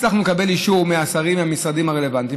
הצלחנו לקבל אישור מהשרים מהמשרדים הרלוונטיים.